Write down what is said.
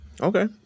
Okay